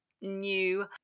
new